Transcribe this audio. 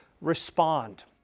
respond